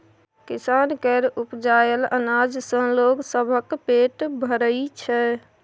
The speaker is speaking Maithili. किसान केर उपजाएल अनाज सँ लोग सबक पेट भरइ छै